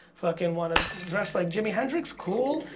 fucking want to dress like jimi hendrix, cool,